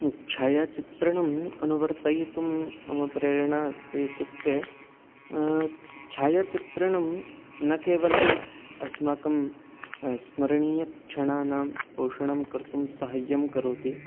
छायाचित्रणम् अनुवर्तयितुं मम प्रेरणा अस्ति इत्युक्ते छायाचित्रणं न केवलम् अस्माकं स्मरणीयक्षणानां पोषणं कर्तुं साहाय्यं करोति